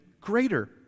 greater